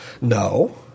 No